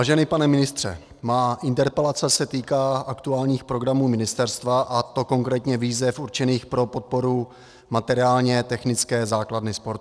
Vážený pane ministře, moje interpelace se týká aktuálních programů ministerstva, a to konkrétně výzev určených pro podporu materiálně technické základny sportu.